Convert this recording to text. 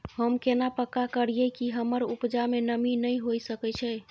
हम केना पक्का करियै कि हमर उपजा में नमी नय होय सके छै?